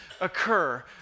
occur